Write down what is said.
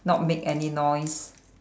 not make any noise